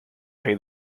pay